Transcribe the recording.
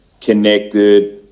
connected